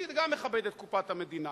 גם אני מכבד את קופת המדינה.